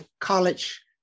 college